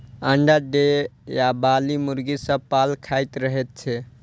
अंडा देबयबाली मुर्गी सभ पाल खाइत रहैत छै